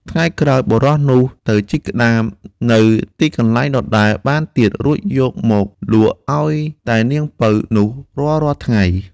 ថ្ងៃក្រោយបុរសនោះទៅជីកក្ដាមនៅទីកន្លែងដដែលបានទៀត រួចយកមកលក់ឲ្យតែនាងពៅនោះរាល់ៗថ្ងៃ។